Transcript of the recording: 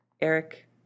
Eric